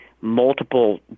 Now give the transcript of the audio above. multiple